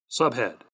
Subhead